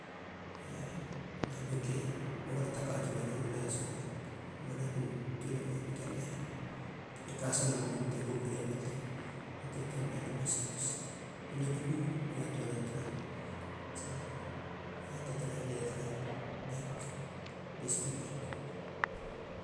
Mai benk e moa bala ta katuun go ron la so lie manapin tiolegoi a poata lehana ne ka has mena makum te gum ria bate taten toan na luma sebis. Nonei puku, nigan toana tara tsi hahatate tara lia tara benk, bsp benk.